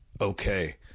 Okay